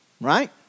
Right